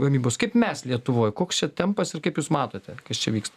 gamybos kaip mes lietuvoj koks čia tempas ir kaip jūs matote kas čia vyksta